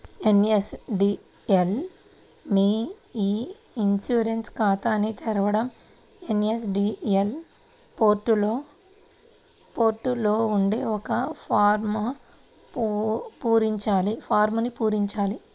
NSDL మీ e insurance ఖాతాని తెరవడం ఎన్.ఎస్.డి.ఎల్ పోర్టల్ లో ఉండే ఒక ఫారమ్ను పూరించాలి